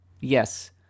Yes